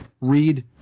read